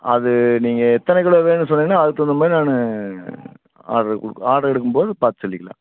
அது நீங்கள் எத்தனை கிலோ வேணுமெனு சொன்னீங்கனால் அதுக்கு தகுந்த மாதிரி நான் ஆர்ட்ரு கொடுப்பேன் ஆர்ட்ரு எடுக்கும்போது பார்த்து சொல்லிக்கலாம்